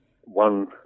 one